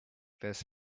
this